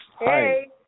Hey